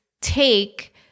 take